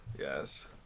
yes